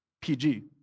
PG